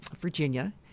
Virginia